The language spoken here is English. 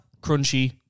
Crunchy